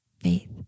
faith